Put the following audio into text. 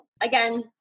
again